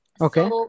Okay